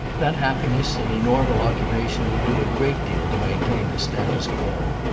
that happiness and a normal occupation will do a great deal to maintain the status quo.